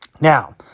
Now